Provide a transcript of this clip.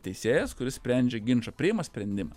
teisėjas kuris sprendžia ginčą priima sprendimą